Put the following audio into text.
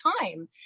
time